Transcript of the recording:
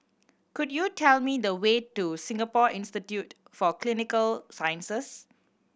could you tell me the way to Singapore Institute for Clinical Sciences